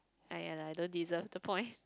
ah ya lah I don't deserve the point